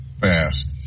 fast